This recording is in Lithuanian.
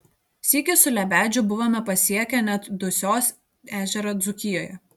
sykį su lebedžiu buvome pasiekę net dusios ežerą dzūkijoje